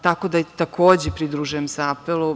Tako da, takođe se pridružujem apelu.